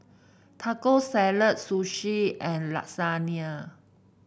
Taco Salad Sushi and Lasagna